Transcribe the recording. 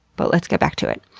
but let's get back to it.